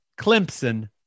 Clemson